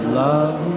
love